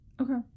Okay